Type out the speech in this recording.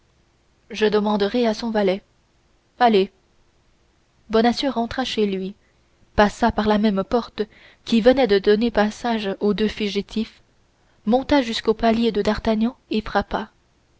je demanderai à son valet allez bonacieux rentra chez lui passa par la même porte qui venait de donner passage aux deux fugitifs monta jusqu'au palier de d'artagnan et frappa